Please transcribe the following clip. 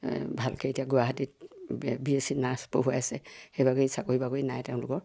ভালকৈ এতিয়া গুৱাহাটীত বি এছ চি নাৰ্ছ পঢ়ুৱাইছে সেইবাবেই চাকৰি বাকৰি নাই তেওঁলোকৰ